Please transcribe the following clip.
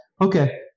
okay